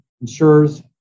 insurers